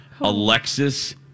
Alexis